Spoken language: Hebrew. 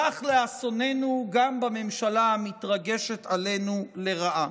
כך, לאסוננו, גם בממשלה המתרגשת עלינו לרעה.